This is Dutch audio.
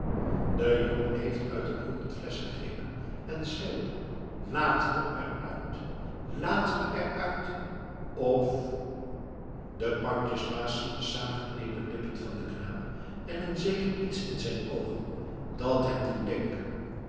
de jongen heeft uit een hoek een flesch gegrepen en schreeuwt laat me er uit laat me er uit of de pandjesbaas ziet de saamgeknepen lippen van den knaap en een zeker iets in zijn oogen dat hem doet denken